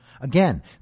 Again